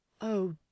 Oh